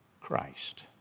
Christ